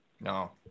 No